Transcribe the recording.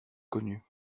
connu